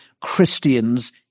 christians